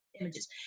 images